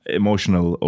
emotional